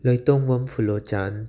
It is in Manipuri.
ꯂꯣꯏꯇꯣꯡꯕꯝ ꯐꯨꯂꯣꯆꯥꯟ